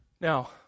Now